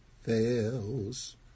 fails